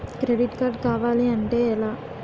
Credit card కావాలి అంటే ఎలా?